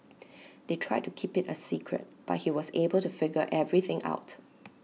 they tried to keep IT A secret but he was able to figure everything out